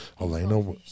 Elena